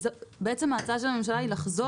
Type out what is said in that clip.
כי כל החקיקה הזאת היא פיילוט.